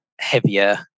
heavier